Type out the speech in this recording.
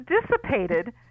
dissipated